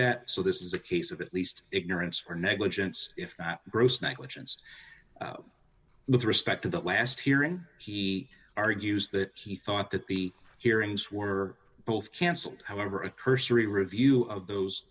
that so this is a case of at least ignorance or negligence if gross negligence with respect to the last hearing he argues that he thought that the hearings were both canceled however a cursory review of those